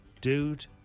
dude